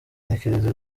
ntekereza